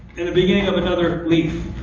and the beginning of another leaf.